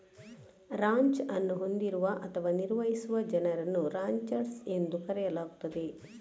ranch ಅನ್ನು ಹೊಂದಿರುವ ಅಥವಾ ನಿರ್ವಹಿಸುವ ಜನರನ್ನು ರಾಂಚರ್ಸ್ ಎಂದು ಕರೆಯಲಾಗುತ್ತದೆ